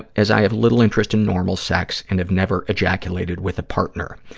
as i have little interest in normal sex and have never ejaculated with a partner.